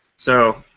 so,